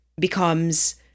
becomes